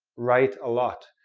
write a lot.